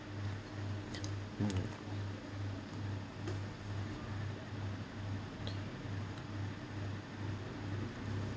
um